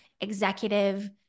executive